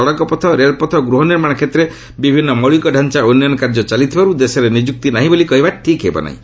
ସଡ଼କ ପଥ ରେଳପଥ ଓ ଗୃହ ନିର୍ମାଣ କ୍ଷେତ୍ରରେ ବିଭିନ୍ନ ମୌଳିକତାଞ୍ଚା ଉନ୍ନୟନ କାର୍ଯ୍ୟ ଚାଲିଥିବାରୁ ଦେଶରେ ନିଯୁକ୍ତି ନାହିଁ ବୋଲି କହିବା ଠିକ୍ ହେବ ନାହିଁ